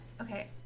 okay